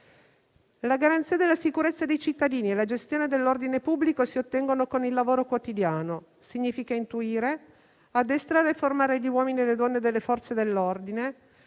La garanzia della sicurezza dei cittadini e la gestione dell'ordine pubblico si ottengono con il lavoro quotidiano, significa intuire, addestrare e formare gli uomini e le donne delle Forze dell'ordine,